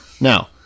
Now